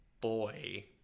Boy